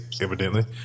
evidently